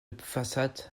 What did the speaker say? pfastatt